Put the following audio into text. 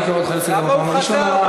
אני קורא אותך לסדר בפעם הראשונה.